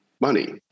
money